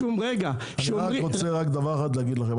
אני רק רוצה דבר אחד להגיד לכם.